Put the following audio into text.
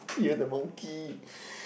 you are the monkey